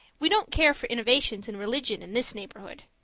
we don't care for innovations in religion in this neighbourhood.